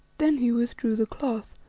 then he withdrew the cloth,